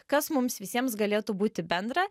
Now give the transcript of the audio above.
kas mums visiems galėtų būti bendra